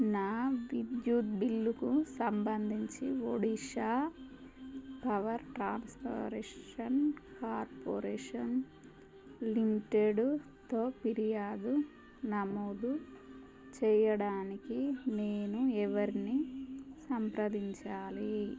నా విద్యుత్ బిల్లుకు సంబంధించి ఒడిశా పవర్ ట్రాన్స్పొరేషన్ కార్పొరేషన్ లిమిటెడ్తో ఫిర్యాదు నమోదు చెయ్యడానికి నేను ఎవరిని సంప్రదించాలి